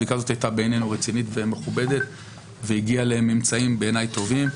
הבדיקה הזאת הייתה בעינינו רצינית ומכובדת והגיעה לממצאים בעיניי טובים,